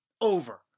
over